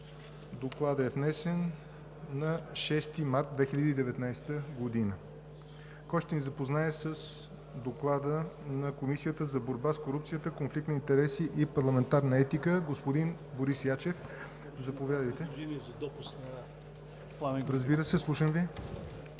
Докладът е внесен на 6 март 2019 г. Кой ще ни запознае с Доклада на Комисията за борба с корупцията, конфликт на интереси и парламентарна етика? Господин Борис Ячев. Заповядайте. ДОКЛАДЧИК БОРИС